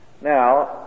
Now